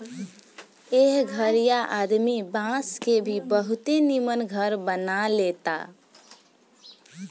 एह घरीया आदमी बांस के भी बहुते निमन घर बना लेता